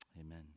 Amen